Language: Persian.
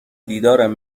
دیدارم